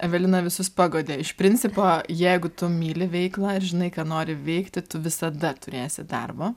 evelina visus paguodė iš principo jeigu tu myli veiklą ir žinai ką nori veikti tu visada turėsi darbo